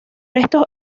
estos